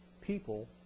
people